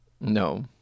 No